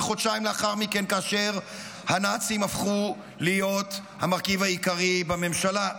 וחודשיים לאחר מכן כאשר הנאצים הפכו להיות המרכיב העיקרי בממשלה.